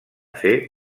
fer